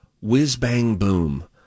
whiz-bang-boom